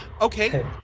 Okay